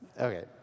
Okay